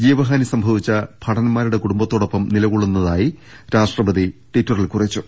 ജീവഹാനി സംഭവിച്ച ഭടന്മാരുടെ കുടുംബത്തോടൊപ്പം നിലകൊള്ളു ന്നതായി രാഷ്ട്രപതി ട്വിറ്ററിൽ കുറിച്ചു